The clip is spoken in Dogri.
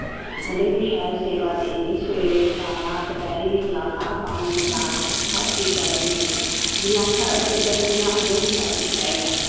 उनें ई बी शैल सेवा देनी सवेरे खलाना दपैह्री बी खलाना पानी पलाना हर चीज़ चाही दी उनें जियां साढ़ा ढिड ऐ उं'आं गै उनें ई बी सब किश चाही दा